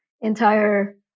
entire